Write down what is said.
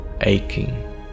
aching